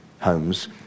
homes